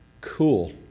Cool